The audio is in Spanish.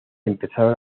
empezaron